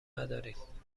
نداریم